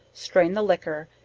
strain the liquor,